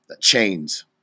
chains